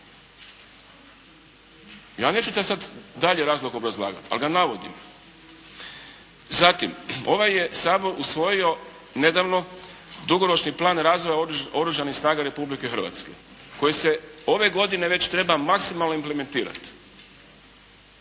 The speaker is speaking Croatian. Ja neću taj sad dalje razlog obrazlagati, ali ga navodim. Zatim, ovaj je Sabor usvojio nedavno dugoročni plan razvoja oružanih snaga Republike Hrvatske koji se ove godine već treba maksimalno implementirati.